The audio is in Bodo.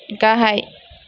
गाहाय